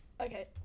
Okay